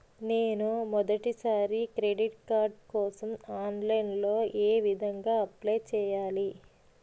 నేను మొదటిసారి credit card కోసం ఆన్లైన్ లో ఏ విధంగా అప్లై చేయాలి?